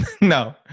No